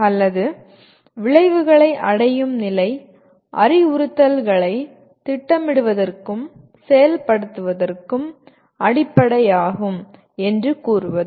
அல்லது விளைவுகளை அடையும் நிலை அறிவுறுத்தல்களைத் திட்டமிடுவதற்கும் செயல்படுத்துவதற்கும் அடிப்படையாகும் என்று கூறுவது